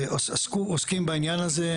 עוסקים בעניין הזה.